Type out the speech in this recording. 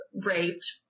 raped